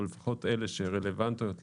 או לפחות אלה שרלוונטיות לתיירות,